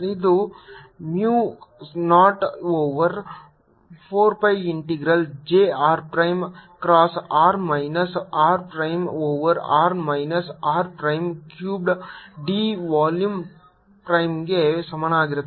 ಇದು mu 0 over 4 pi integral j r prime cross r minus r prime over r minus r prime cubed d volume prime ಗೆ ಸಮಾನವಾಗಿರುತ್ತದೆ